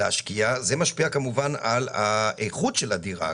להשקיע משפיעים על האיכות של הדירה,